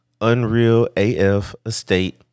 unrealafestate